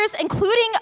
including